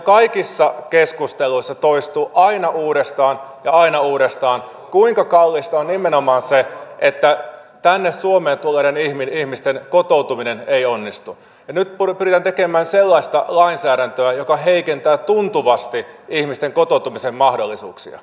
kaikissa keskusteluissa toistuu aina uudestaan ja aina uudestaan kuinka kallista on nimenomaan se että tänne suomeen tulleiden ihmisten kotoutuminen ei onnistu ja nyt pyritään tekemään sellaista lainsäädäntöä joka heikentää tuntuvasti ihmisten kotoutumisen mahdollisuuksia